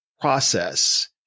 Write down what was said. process